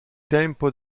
tempo